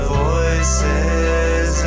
voices